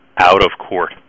out-of-court